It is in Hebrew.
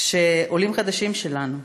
כשעולים חדשים שלנו,